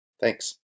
Thanks